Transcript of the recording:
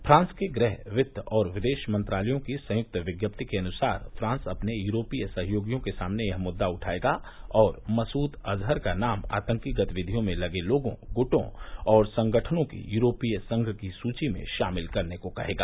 France के गृह वित्त और विदेश मंत्रालयों की संयुक्त विज्ञप्ति के अनुसार फ्रांस अपने यूरोपीय सहयोगियों के सामने यह मुद्दा उठायेगा और मसूद अजहर का नाम आतंकी गतिविधियों में लगे लोगों गुटों और संगठनों की यूरोपीय संघ की सूची में शामिल करने को कहेगा